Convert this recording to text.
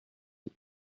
les